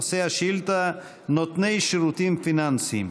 נושא השאילתה: נותני שירותים פיננסיים.